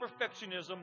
perfectionism